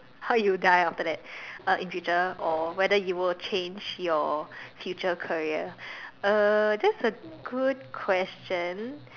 how would you die after that uh in future or whether you will change your future career uh that's a good question